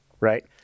Right